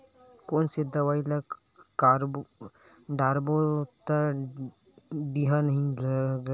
कोन से दवाई ल डारबो त कीड़ा नहीं लगय?